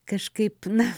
kažkaip na